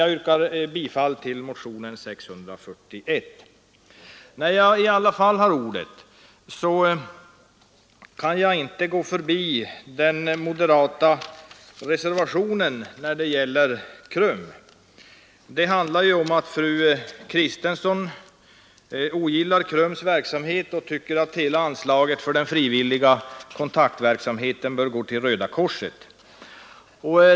Jag yrkar bifall till motionen 641. När jag nu ändå har ordet kan jag inte gå förbi den moderata reservationen som gäller KRUM. Fru Kristensson ogillar KRUM:s verksamhet och tycker att hela anslaget för den frivilliga kontaktverksamheten bör gå till Röda korset.